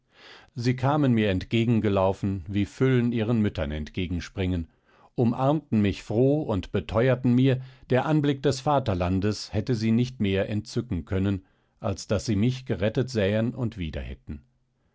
sie kamen mir entgegengelaufen wie füllen ihren müttern entgegenspringen umarmten mich froh und beteuerten mir der anblick des vaterlandes hätte sie nicht mehr entzücken können als daß sie mich gerettet sähen und wieder